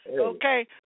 Okay